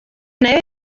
nayo